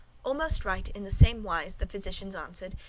almost right in the same wise the physicians answered,